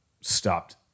stopped